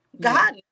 God